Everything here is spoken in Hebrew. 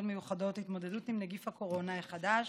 מיוחדות להתמודדות עם נגיף הקורונה החדש